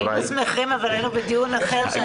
היינו שמחים, אבל היינו בדיון אחר.